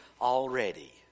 already